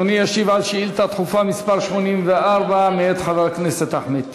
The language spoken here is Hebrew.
אדוני ישיב על שאילתה דחופה מס' 84 מאת חבר הכנסת אחמד